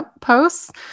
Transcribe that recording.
posts